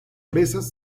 presas